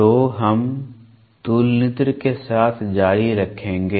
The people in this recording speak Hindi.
तो हम तुलनित्र के साथ जारी रखेंगे